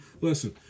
listen